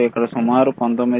ఇక్కడ సుమారు 19